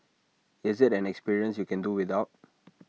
is IT an experience you can do without